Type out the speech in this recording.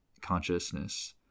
consciousness